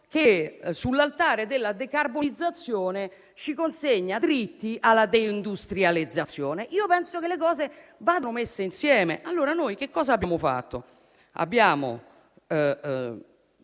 che, sull'altare della decarbonizzazione, ci consegna diritti alla deindustrializzazione. Io penso che le cose vadano messe insieme. Noi cosa abbiamo fatto? Abbiamo